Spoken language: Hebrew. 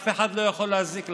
אף אחד לא יכול להזיק לכם,